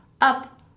up